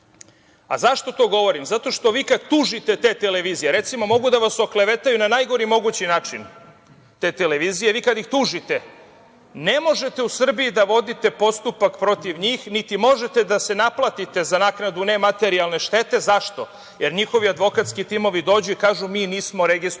to govorim? Zato što vi kad tužite te televizije, recimo, mogu da vas oklevetaju na najgori mogući način te televizije. Vi kada ih tužite ne možete u Srbiji da vodite postupak protiv njih, niti možete da se naplatite za naknadu ne materijalne štete. Zašto? Zato što njihovi advokatski timovi dođu i kažu – mi nismo registrovani